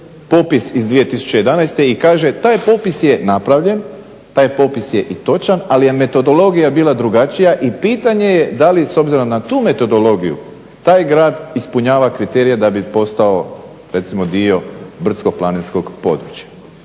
popis iz 2011. i kaže taj popis je napravljen, taj popis je i točan, ali je metodologija bila drugačija i pitanje je da li s obzirom na tu metodologiju taj grad ispunjava kriterije da bi postao recimo dio brdsko-planinskog područja.